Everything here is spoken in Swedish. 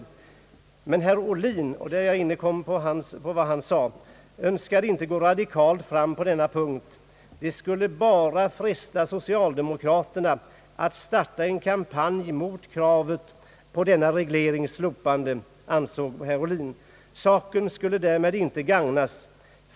Men herr Ohlin önskade inte gå radikalt fram på denna punkt. Det skulle bara fresta socialdemokraterna att starta en kampanj emot kravet på denna reglerings slopande, ansåg herr Ohlin. Saken skulle därmed inte gagnas.